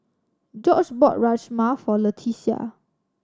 Gorge bought Rajma for Leticia